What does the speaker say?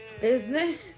business